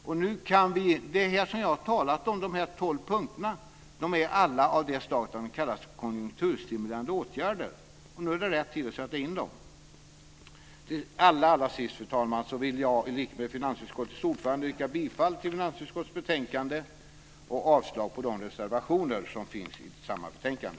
De tolv punkterna som jag har talat om är alla av det slaget att de kallas konjunkturstimulerande åtgärder, och nu är det rätt tid att sätta in dem. Till allra sist, fru talman, vill jag i likhet med finansutskottets ordförande yrka bifall till finansutskottets förslag och avslag på de reservationer som är fogade till samma betänkande.